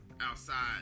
outside